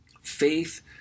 Faith